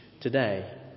today